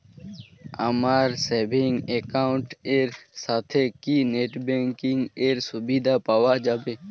আমার savings account এর সাথে কি নেটব্যাঙ্কিং এর সুবিধা পাওয়া যাবে?